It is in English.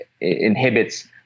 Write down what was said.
inhibits